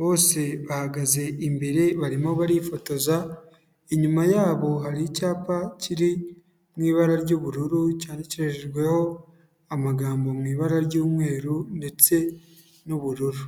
bose bahagaze imbere barimo barifotoza, inyuma yabo hari icyapa kiri mu ibara ry'ubururu, cyandikishijweho amagambo mu ibara ry'umweru ndetse n'ubururu.